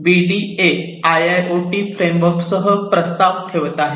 BDA IOOT फ्रेमवर्कसह प्रस्ताव ठेवत आहेत